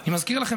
אני מזכיר לכם,